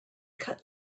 cut